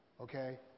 okay